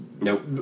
Nope